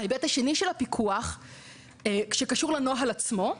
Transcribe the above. ההיבט השני של הפיקוח שקשור לנוהל עצמו,